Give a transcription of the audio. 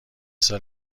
سال